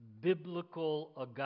biblical